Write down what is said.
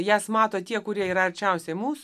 jas mato tie kurie yra arčiausiai mūs